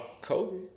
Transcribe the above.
Kobe